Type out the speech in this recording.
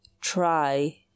try